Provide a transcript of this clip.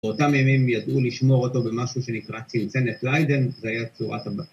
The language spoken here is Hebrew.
‫באותם ימים ידעו לשמור אותו ‫במשהו שנקרא צנצנת ליידן.